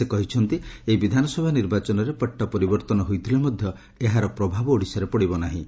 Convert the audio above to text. ସେ କହିଛନ୍ତି ଏହି ବିଧାନସଭା ନିର୍ବାଚନରେ ପଟ ପରିବର୍ତ୍ତନ ହୋଇଥିଲେ ମଧ ଏହାର ପ୍ରଭାବ ଓଡ଼ିଶାରେ ପଡ଼ିବ ନାହଁ